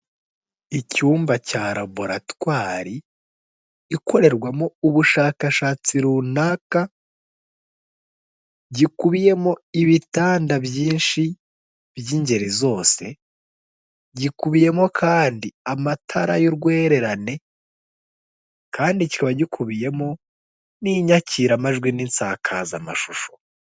Icyumba cya laboratwari, ikorerwamo ubushakashatsi runaka, gikubiyemo ibitanda byinshi by'ingeri zose, gikubiyemo kandi amatara y'urwererane, kandi kikaba gikubiyemo n'inyakiramajwi n'insakazamashusho.